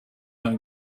going